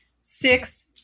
six